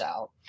out